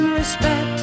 respect